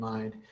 Mind